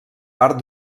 part